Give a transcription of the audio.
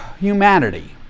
humanity